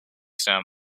sound